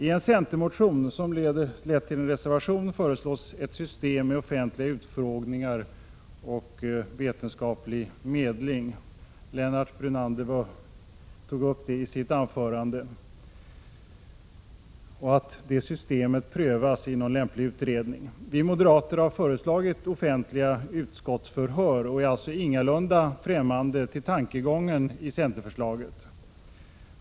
I en centermotion, som lett till en reservation, föreslås att ett system med offentliga utfrågningar och vetenskaplig medling skall prövas i anslutning till någon lämplig utredning — Lennart Brunander tog upp detta i sitt anförande. Vi moderater har föreslagit offentliga utskottsförhör och är alltså ingalunda främmande för tankegången i centerförslaget.